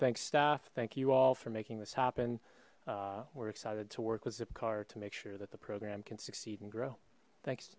thanks staff thank you all for making this happen we're excited to work with zipcar to make sure that the program can succeed and grow thanks